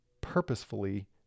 purposefully